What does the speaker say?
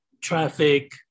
traffic